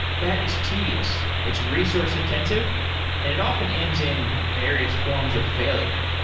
that is tedious. it's resource-intensive and it often ends in various forms of failure.